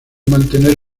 mantener